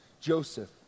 Joseph